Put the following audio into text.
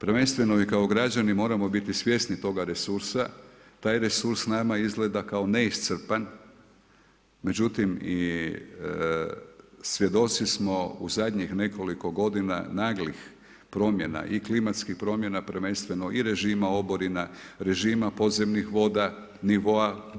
Prvenstveno i kao građani moramo biti svjesni toga resursa, taj resurs nama izgleda kao neiscrpan, međutim svjedoci smo u zadnjih nekoliko godina naglih promjena i klimatskih promjena prvenstveno i režima oborina, režima podzemnih voda, nivoa